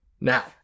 Now